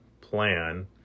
plan